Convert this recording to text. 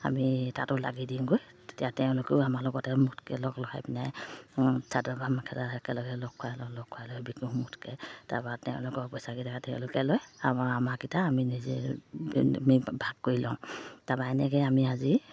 আমি তাতো লাগি দিওঁগৈ তেতিয়া তেওঁলোকেও আমাৰ লগতে মুঠতকৈ লগ লগাই পিনে চাদৰ বা মাখেলা একেলগে লগ খুৱাই লওঁ লগ খুৱাই লৈ বিকো মুঠকৈ তাৰপা তেওঁলোকৰ পইচাকেইটা তেওঁলোকে লয় আমাৰ আমাকেইটা আমি নিজে ভাগ কৰি লওঁ তাৰপা এনেকৈ আমি আজি